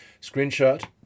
Screenshot